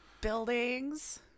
buildings